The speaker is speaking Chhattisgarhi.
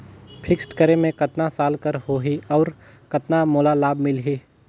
फिक्स्ड करे मे कतना साल कर हो ही और कतना मोला लाभ मिल ही?